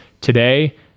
today